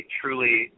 truly